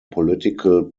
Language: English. political